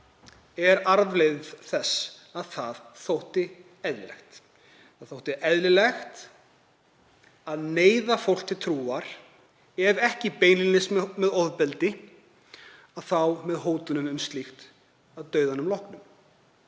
er arfleifð þess að það þótti eðlilegt. Það þótti eðlilegt að neyða fólk til trúar, ef ekki beinlínis með ofbeldi, þá með hótunum um slíkt að dauðanum loknum.